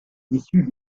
issue